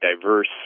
diverse